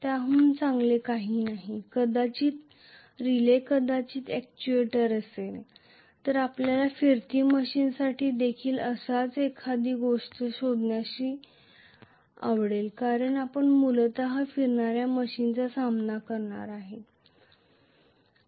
त्याहून चांगले काहीही नाही कदाचित रिले कदाचित अॅक्ट्युएटर असेल तर आपल्याला फिरती मशीनसाठी देखील अशीच एखादी गोष्ट शोधण्यास आवडेल कारण आपण मूलत फिरणाऱ्या मशीनचा सामना करणार आहोत